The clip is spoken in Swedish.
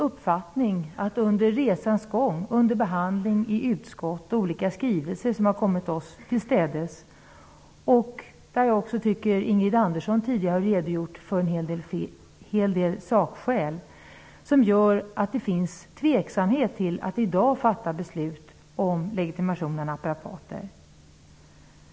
Under resans gång, under behandlingen i utskottet, genom olika skrivelser som har kommit oss tillstädes och genom Ingrid Anderssons redogörelse av sakskäl har det framkommit sådant som gör det tveksamt att i dag fatta beslut om legitimation för naprapater.